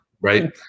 right